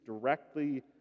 directly